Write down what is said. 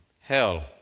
hell